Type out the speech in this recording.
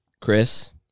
Chris